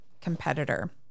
competitor